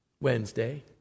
Wednesday